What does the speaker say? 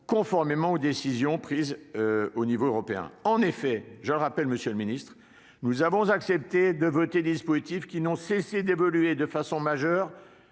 conformément aux décisions prises à l'échelon européen. En effet, je le rappelle, monsieur le ministre, nous avons accepté de voter des dispositifs qui n'ont cessé d'évoluer de façon majeure